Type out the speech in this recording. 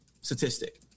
statistic